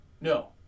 No